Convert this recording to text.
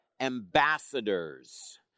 ambassadors